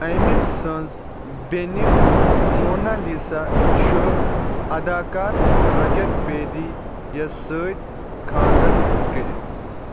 أمۍ سٕنٛز بیٚنہِ مونالیٖزا چھِ اَداکار رَجت بیدی یَس سۭتۍ خانٛدَر کٔرِتھ